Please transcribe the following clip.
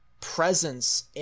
presence